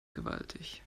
gewaltig